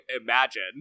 Imagine